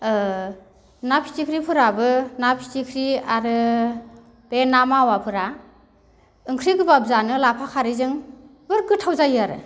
ओ ना फिथिख्रिफोराबो ना फिथिख्रि आरो बे ना मावाफोरा ओंख्रि गोबाब जानो लाफा खारैजों जोबोर गोथाव जायो आरो